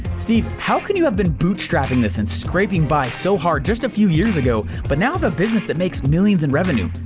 steve, how can you have been bootstrapping this and scraping by so hard just a few years ago, but now the business that makes millions in revenue?